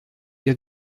ihr